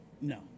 No